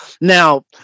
Now